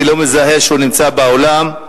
איני מזהה שהוא באולם,